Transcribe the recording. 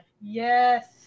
yes